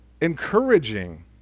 encouraging